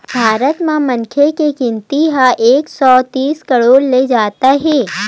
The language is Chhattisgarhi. भारत म मनखे के गिनती ह एक सौ तीस करोड़ ले जादा हे